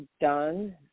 done